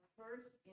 first